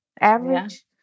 average